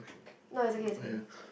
no is okay is okay